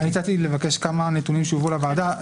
אני הצעתי לבקש כמה נתונים שיובאו לוועדה.